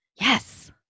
Yes